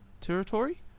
territory